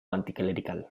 anticlerical